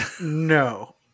No